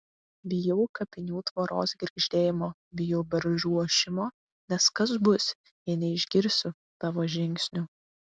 bijau kapinių tvoros girgždėjimo bijau beržų ošimo nes kas bus jei neišgirsiu tavo žingsnių